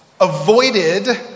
avoided